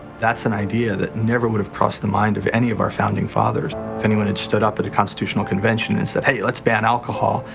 that's an idea that never would have crossed the mind of any of our founding fathers. if anyone had stood up at a constitutional convention and said hey! let's ban alcohol,